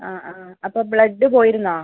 ആ ആ അപ്പം ബ്ലഡ് പോയിരുന്നോ